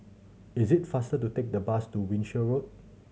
is it faster to take the bus to Wiltshire Road